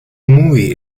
movie